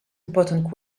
important